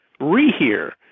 rehear